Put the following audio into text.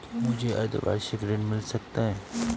क्या मुझे अर्धवार्षिक ऋण मिल सकता है?